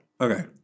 Okay